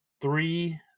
three